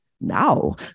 Now